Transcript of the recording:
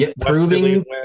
proving